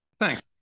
Thanks